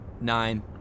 Nine